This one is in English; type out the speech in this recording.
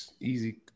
Easy